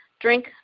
Drink